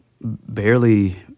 barely